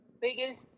biggest